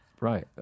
Right